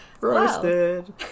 roasted